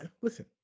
Listen